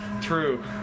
True